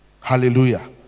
hallelujah